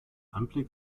anblick